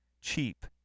cheap